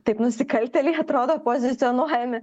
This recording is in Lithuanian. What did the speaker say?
taip nusikaltėliai atrodo pozicionuojami